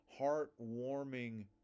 heartwarming